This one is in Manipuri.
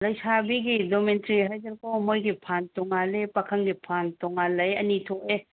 ꯂꯩꯁꯥꯕꯤꯒꯤ ꯗꯣꯃꯦꯟꯇ꯭ꯔꯤ ꯍꯥꯏꯗꯅꯀꯣ ꯃꯣꯏꯒꯤ ꯐꯥꯟ ꯇꯣꯉꯥꯟꯂꯦ ꯄꯥꯈꯪꯒꯤ ꯐꯥꯟ ꯇꯣꯉꯥꯟꯅ ꯂꯩ ꯑꯅꯤ ꯊꯣꯛꯑꯦ